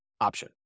option